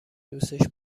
دوستش